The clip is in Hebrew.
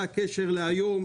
מה הקשר להיום?